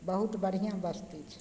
बहुत बढ़िआँ बस्ती छै